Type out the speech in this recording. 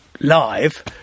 live